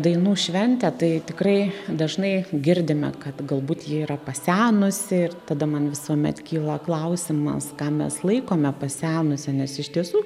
dainų šventę tai tikrai dažnai girdime kad galbūt ji yra pasenusi ir tada man visuomet kyla klausimas ką mes laikome pasenusia nes iš tiesų